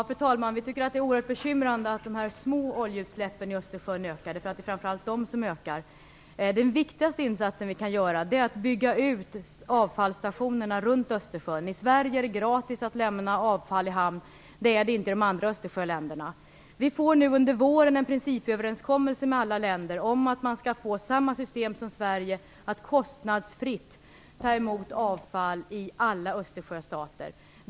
Fru talman! Vi är oerhört bekymrade över att framför allt de här små oljeutsläppen i Östersjön ökar. Den viktigaste insatsen vi kan göra är att bygga ut avfallsstationerna runt Östersjön. I Sverige är det gratis att lämna avfall i hamn, det är det inte i de andra Östersjöländerna. Vi får nu under våren en principöverenskommelse med alla länder om att de skall få samma system som Sverige har, att kostnadsfritt ta emot avfall i alla Östersjöstater.